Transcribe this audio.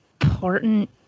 important